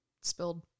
spilled